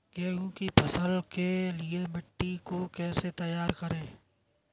गेहूँ की फसल के लिए मिट्टी को कैसे तैयार करें?